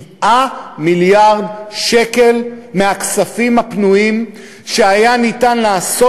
7 מיליארד ש"ח מהכספים הפנויים שהיה אפשר לעשות